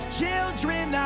children